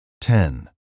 Ten